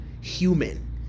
human